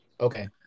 Okay